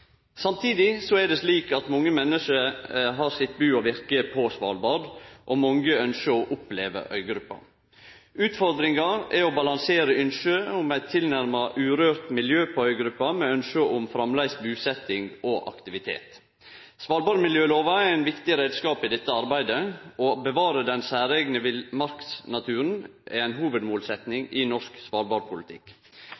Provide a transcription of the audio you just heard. Samtidig er det slik at mange menneske har sitt bu og virke på Svalbard, og mange ynskjer å oppleve øygruppa. Utfordringa er å balansere ynsket om eit tilnærma urørt miljø på øygruppa med ynsket om framleis busetjing og aktivitet. Svalbardmiljøloven er ein viktig reiskap i dette arbeidet. Å bevare den særeigne villmarksnaturen er